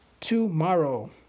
tomorrow